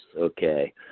Okay